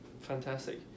fantastic